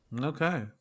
Okay